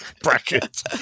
bracket